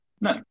No